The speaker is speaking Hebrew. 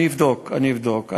אני אבדוק.